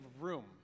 room